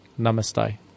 Namaste